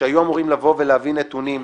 שהיו אמורים לבוא ולהציג נתונים,